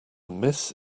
miss